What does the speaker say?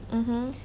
mmhmm